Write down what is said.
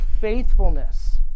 faithfulness